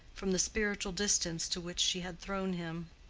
from the spiritual distance to which she had thrown him.